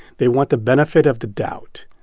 they want the benefit of the doubt.